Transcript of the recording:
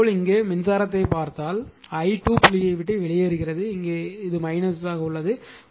இதேபோல் இங்கே மின்சாரத்தைப் பார்த்தால் i2 புள்ளியை விட்டு வெளியேறுவது இங்கே உள்ளது